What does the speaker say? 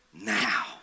now